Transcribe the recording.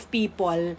people